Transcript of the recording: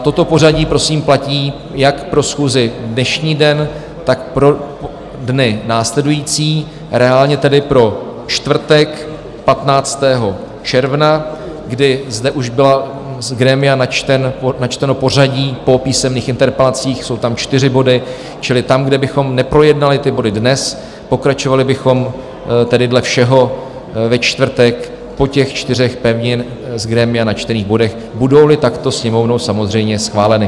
Toto pořadí prosím platí jak pro schůzi v dnešní den, tak pro dny následující, reálně tedy pro čtvrtek 15. června, kdy zde už bylo z grémia načteno pořadí po písemných interpelacích, jsou tam čtyři body, čili tam, kde bychom neprojednali ty body dnes, pokračovali bychom tedy dle všeho ve čtvrtek po těch čtyřech pevně z grémia načtených bodech, budouli takto Sněmovnou samozřejmě schváleny.